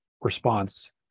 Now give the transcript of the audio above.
response